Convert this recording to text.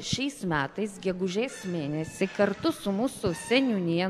šiais metais gegužės mėnesį kartu su mūsų seniūnija